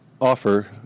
offer